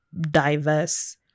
diverse